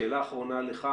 שאלה אחרונה לך